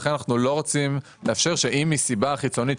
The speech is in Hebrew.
ולכן אנחנו לא רוצים לאפשר את זה שאם מסיבה חיצונית,